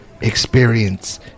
Experience